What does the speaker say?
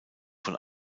von